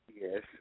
Yes